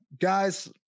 Guys